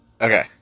Okay